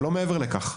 לא מעבר לכך.